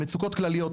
המצוקות הכלליות,